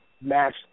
match